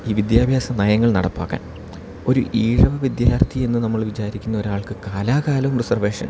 ഈ വിദ്യാഭ്യാസ നയങ്ങൾ നടപ്പാക്കാൻ ഒരു ഈഴവ വിദ്യാർത്ഥി എന്ന് നമ്മള് വിചാരിക്കുന്ന ഒരാൾക്ക് കാലാകാലവും റിസർവേഷൻ